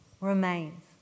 remains